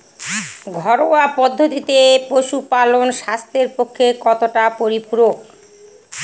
ঘরোয়া পদ্ধতিতে পশুপালন স্বাস্থ্যের পক্ষে কতটা পরিপূরক?